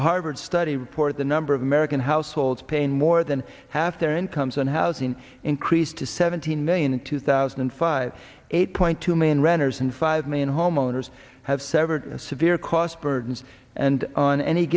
harvard study reported the number of american households paying more than half their incomes on housing increased to seventeen million in two thousand and five eight point two million renters and five million homeowners have severed severe cost burdens and on any